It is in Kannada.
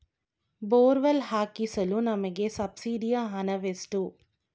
ಬೋರ್ವೆಲ್ ಹಾಕಿಸಲು ನಮಗೆ ಸಬ್ಸಿಡಿಯ ಹಣವೆಷ್ಟು?